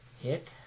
hit